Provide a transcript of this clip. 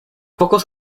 pocos